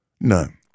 None